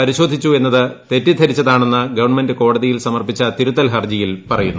പരിശോധിച്ചു എന്നത് തെറ്റിദ്ധരിച്ചതാണെന്ന് ഗവൺമെന്റ് കോടതിയിൽ സമർപ്പിച്ച തിരുത്തൽ ഹർജിയിൽ പറയുന്നു